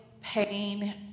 pain